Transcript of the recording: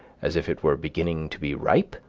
as if it were beginning to be ripe,